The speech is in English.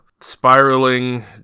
spiraling